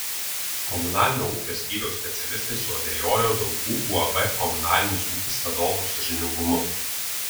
komunalinio ūkio skyriaus specialistai suabejojo daugų uab komunalinis ūkis vadovų sąžiningumu